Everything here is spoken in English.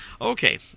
Okay